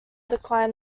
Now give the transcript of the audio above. declined